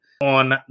on